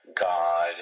God